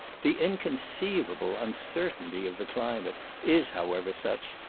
the inconceivable uncertainty of the climate is, however, such,